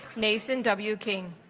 nathan w king